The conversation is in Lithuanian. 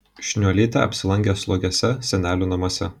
šniuolytė apsilankė slogiuose senelių namuose